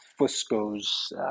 Fusco's